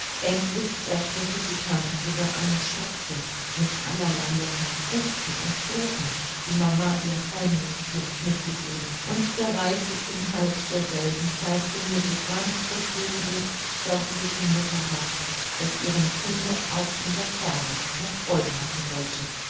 endlich öffnete die tante sogar eine schachtel mit allerlei leckern früchten und kuchen die mama ihr heimlich für mich mitgegeben und der reiche inhalt derselben zeigte mir so ganz das liebe sorgliche mutterherz das ihrem kinde auch in der ferne noch freude machen wollte